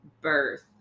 birth